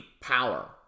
power